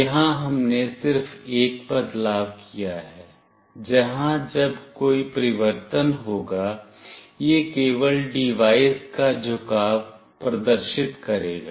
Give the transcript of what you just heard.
यहां हमने सिर्फ एक बदलाव किया है जहां जब कोई परिवर्तन होगा यह केवल डिवाइस का झुकाव प्रदर्शित करेगा